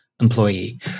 employee